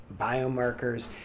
biomarkers